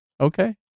Okay